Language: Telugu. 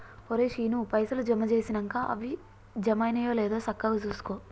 ఒరే శీనూ, పైసలు జమ జేసినంక అవి జమైనయో లేదో సక్కగ జూసుకో